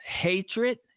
hatred